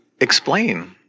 explain